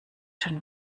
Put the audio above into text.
schon